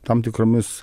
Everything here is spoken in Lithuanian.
tam tikromis